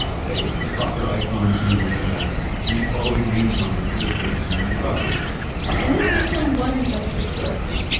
say, the soccer icon on a green background, and you'd follow the green signs to the stadium where the soccer would be and this system wasn't just for sports.